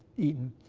eaton.